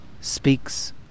speaks